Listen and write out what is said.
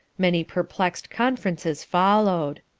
many perplexed conferences followed.